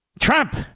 Trump